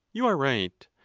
you are right,